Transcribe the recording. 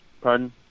Pardon